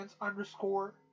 underscore